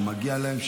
שמגיע להם,